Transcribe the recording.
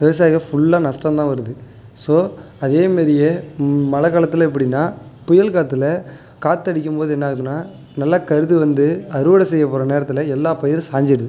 விவசாயிக ஃபுல்லா நஷ்டம் தான் வருது ஸோ அதே மாரியே மழை காலத்தில் எப்படின்னா புயல் காத்தில் காத்தடிக்கும் போது என்னாகுதுன்னா நல்ல கருது வந்து அறுவடை செய்ய போகிற நேரத்தில் எல்லா பயிரும் சாஞ்சிடுது